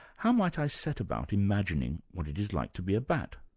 how might i set about imagining what it is like to be a bat?